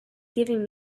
giving